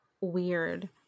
weird